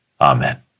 Amen